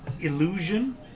Illusion